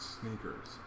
sneakers